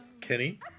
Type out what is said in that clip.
Kenny